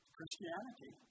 Christianity